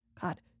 God